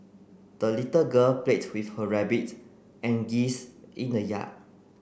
the little girl played with her rabbit and geese in the yard